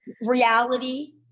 reality